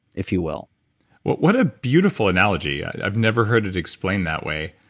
if you will what what a beautiful analogy. i've never heard it explained that way.